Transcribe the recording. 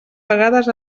vegades